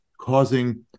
causing